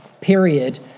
period